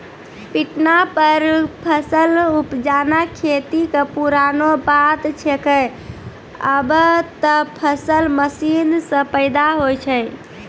पिटना पर फसल उपजाना खेती कॅ पुरानो बात छैके, आबॅ त फसल मशीन सॅ पैदा होय छै